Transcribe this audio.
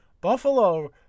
Buffalo